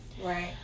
Right